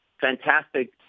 Fantastic